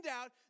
out